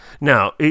Now